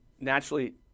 naturally